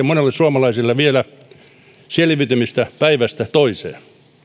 monelle suomalaiselle vielä selviytymistä päivästä toiseen